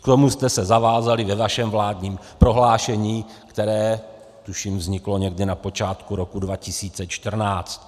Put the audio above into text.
K tomu jste se zavázaly ve vašem vládním prohlášení, které, tuším, vzniklo někdy na počátku roku 2014.